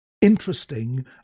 interesting